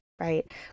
right